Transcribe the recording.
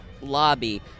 lobby